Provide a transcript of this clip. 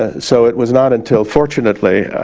ah so it was not until fortunately,